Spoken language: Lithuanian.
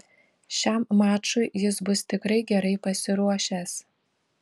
šiam mačui jis bus tikrai gerai pasiruošęs